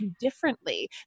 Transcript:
differently